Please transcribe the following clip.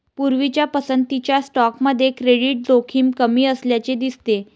पूर्वीच्या पसंतीच्या स्टॉकमध्ये क्रेडिट जोखीम कमी असल्याचे दिसते